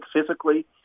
physically